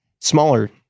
Smaller